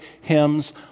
hymns